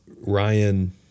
Ryan